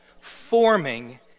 forming